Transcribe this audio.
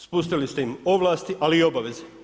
Spustili ste im ovlasti, ali i obaveze.